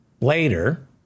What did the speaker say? later